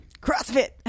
CrossFit